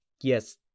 yes